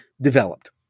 developed